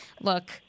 look